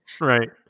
right